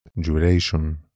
duration